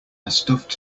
stuffed